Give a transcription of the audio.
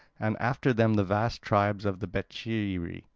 and after them the vast tribes of the becheiri.